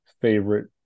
favorite